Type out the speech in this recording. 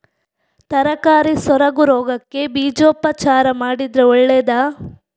ತರಕಾರಿ ಸೊರಗು ರೋಗಕ್ಕೆ ಬೀಜೋಪಚಾರ ಮಾಡಿದ್ರೆ ಒಳ್ಳೆದಾ?